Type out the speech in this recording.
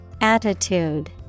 Attitude